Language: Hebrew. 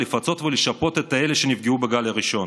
לפצות ולשפות את אלה שנפגעו בגל הראשון.